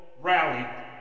rally